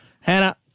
Hannah